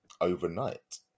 overnight